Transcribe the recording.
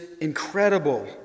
incredible